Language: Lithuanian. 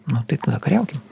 nu tai tada kariaukim